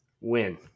Win